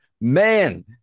man